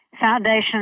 foundation